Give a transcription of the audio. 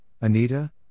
Anita